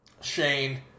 Shane